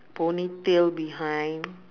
ponytail behind